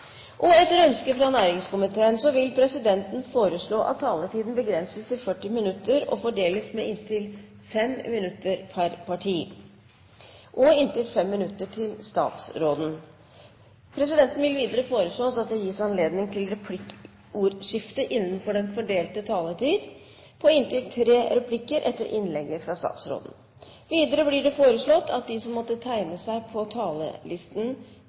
14. Etter ønske fra helse- og omsorgskomiteen vil presidenten foreslå at taletiden begrenses til 40 minutter og fordeles med inntil 5 minutter til hvert parti og inntil 5 minutter til statsråden. Videre vil presidenten foreslå at det gis anledning til replikkordskifte på inntil tre replikker etter innlegg fra statsråden innenfor den fordelte taletid. Videre blir det foreslått at de som måtte tegne seg på talerlisten